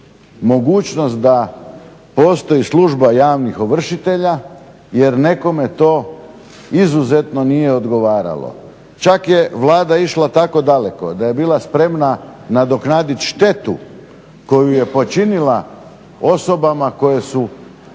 mogućnost da postoji služba javnih ovršitelja jer nekome to izuzetno nije odgovaralo. Čak je Vlada išla tako daleko da je bila spremna nadoknaditi štetu koju je počinila osobama koje su